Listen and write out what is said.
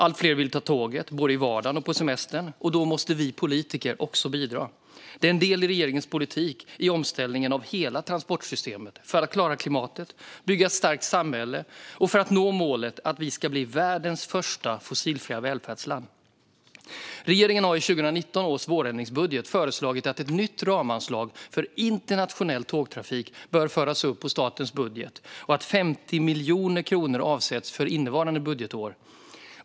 Allt fler vill ta tåget, både i vardagen och på semestern. Då måste vi politiker också bidra. Det är en del i regeringens politik i omställningen av hela transportsystemet för att klara klimatet, bygga ett starkt samhälle och nå målet att bli världens första fossilfria välfärdsland. Regeringen har i 2019 års vårändringsbudget föreslagit att ett nytt ramanslag för internationell tågtrafik bör föras upp på statens budget och att 50 miljoner kronor avsätts för innevarande budgetår.